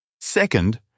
Second